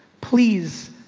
please,